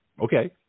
Okay